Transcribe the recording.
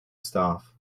staff